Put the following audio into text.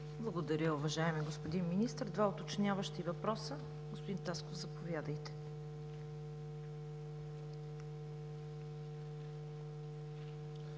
Благодаря, уважаеми господин Министър. Два уточняващи въпроса. Господин Тасков, заповядайте.